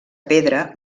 pedra